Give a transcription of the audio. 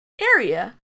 area